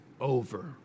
over